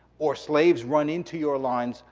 or slaves run into your lines,